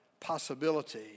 possibility